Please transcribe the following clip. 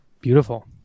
Beautiful